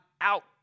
out